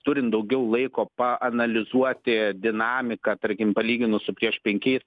turint daugiau laiko paanalizuoti dinamiką tarkim palyginus su prieš penkiais